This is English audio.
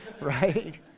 right